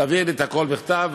תעביר את הכול בכתב.